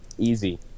Easy